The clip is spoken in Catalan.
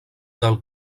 del